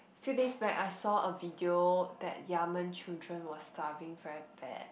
few days back I saw a video that Yemen children was starving very bad